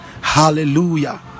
hallelujah